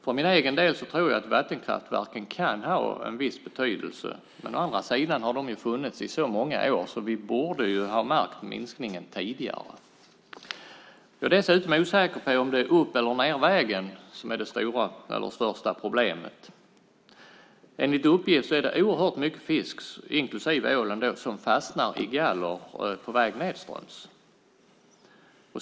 För min egen del tror jag att vattenkraftverken kan ha en viss betydelse, men å andra sidan har de ju funnits under så många år nu att vi borde ha märkt minskningen tidigare. Jag är dessutom osäker på om det är upp eller nedvägen som är det största problemet. Enligt uppgift är det oerhört mycket fisk, inklusive ål, som fastnar i galler på väg nedströms.